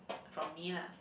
from me lah